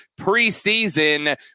preseason